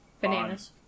Bananas